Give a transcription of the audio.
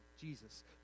Jesus